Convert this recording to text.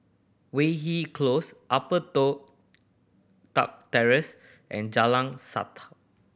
Weyhill Close Upper Toh Tuck Terrace and Jalan